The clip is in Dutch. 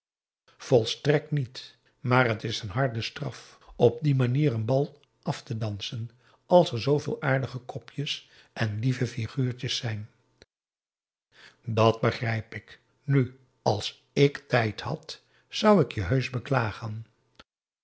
volstrekt niet maar het is een harde straf op die manier een bal af te dansen als er zooveel aardige kopjes en lieve figuurtjes zijn dàt begrijp ik nu als ik tijd had zou ik je heusch beklagen